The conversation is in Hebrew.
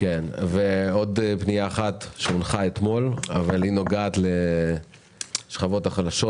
יש עוד פנייה אחת שהונחה אתמול אבל היא נוגעת לשכבות החלשות,